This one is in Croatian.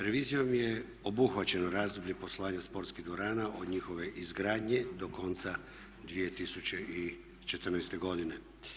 Revizijom je obuhvaćeno razdoblje poslovanja sportskih dvorana od njihove izgradnje do konca 2014. godine.